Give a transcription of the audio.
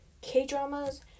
K-dramas